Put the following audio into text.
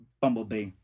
Bumblebee